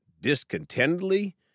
discontentedly